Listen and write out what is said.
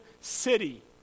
city